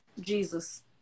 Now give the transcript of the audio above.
Jesus